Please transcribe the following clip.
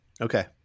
Okay